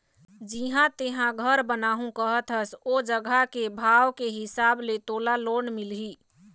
जिहाँ तेंहा घर बनाहूँ कहत हस ओ जघा के भाव के हिसाब ले तोला लोन मिलही